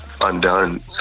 undone